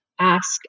ask